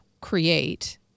create